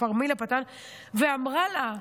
ואמרה לה: